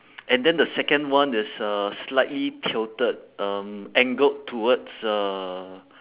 and then the second one is uh slightly tilted um angled towards uh